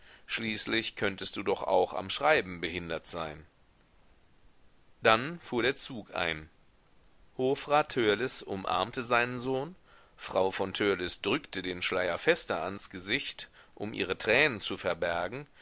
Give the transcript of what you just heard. schließlich könntest du doch auch am schreiben behindert sein dann fuhr der zug ein hofrat törleß umarmte seinen sohn frau von törleß drückte den schleier fester ans gesicht um ihre tränen zu verbergen